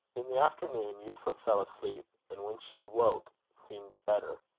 in the afternoon, euphra fell asleep, and when she woke, seemed better.